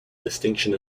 distinction